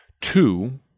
Two